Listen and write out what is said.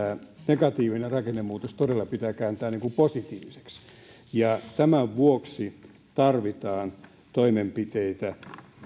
negatiivinen rakennemuutos todella pitää kääntää positiiviseksi tämän vuoksi tarvitaan toimenpiteitä